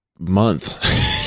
month